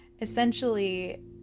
essentially